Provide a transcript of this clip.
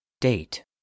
Date